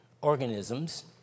organisms